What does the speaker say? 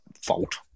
fault